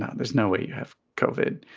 there's no way you have covered